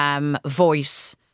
Voice